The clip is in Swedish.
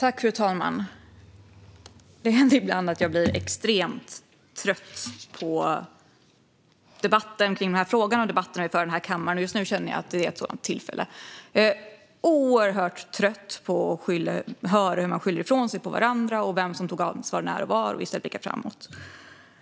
Fru talman! Ibland blir jag extremt trött på de här debatterna, och nu är det ett sådant tillfälle. Jag är så trött på att man i stället för att blicka framåt skyller på varandra vad gäller vem som tog ansvar när och var.